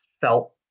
felt